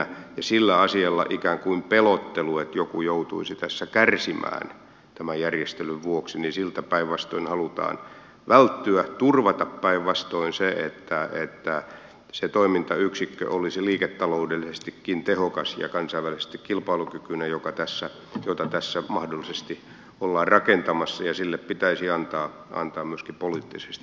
ja sillä asialla ikään kuin pelottelu että joku joutuisi tässä kärsimään tämän järjestelyn vuoksi niin siltä päinvastoin halutaan välttyä nimenomaan turvata se että se toimintayksikkö olisi liiketaloudellisestikin tehokas ja kansainvälisesti kilpailukykyinen jota tässä mahdollisesti ollaan rakentamassa ja sille pitäisi antaa myöskin poliittisesti täysi tuki